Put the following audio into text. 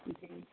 जी